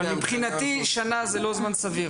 אבל מבחינתי שנה זה לא זמן סביר.